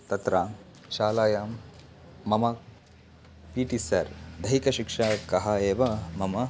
तत्र शालायां मम पि टि सर् दैहिकशिक्षकः एव मम